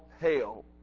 hell